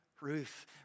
Ruth